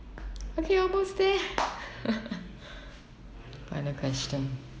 okay almost there final question